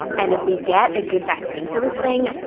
and if we get a good vaccine for this thing,